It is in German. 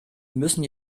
müssen